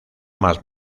más